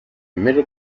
middle